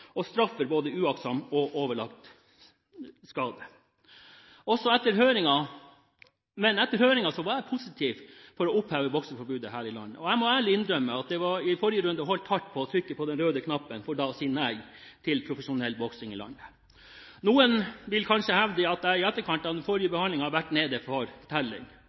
og straffer både uaktsom og overlagt skade. Etter høringen var jeg positiv til å oppheve bokseforbudet her i landet, og jeg må ærlig innrømme at det i forrige runde holdt hardt å trykke på den røde knappen og si nei til profesjonell boksing i landet. Noen vil kanskje hevde at jeg i etterkant av den forrige behandlingen har vært nede for telling,